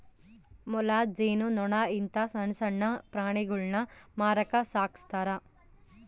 ಮೊಲ, ಜೇನು ನೊಣ ಇಂತ ಸಣ್ಣಣ್ಣ ಪ್ರಾಣಿಗುಳ್ನ ಮಾರಕ ಸಾಕ್ತರಾ